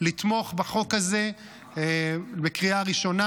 לתמוך בחוק הזה בקריאה ראשונה.